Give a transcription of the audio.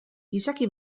gizaki